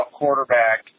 quarterback